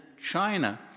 China